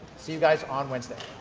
see you guys on wednesday.